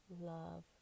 love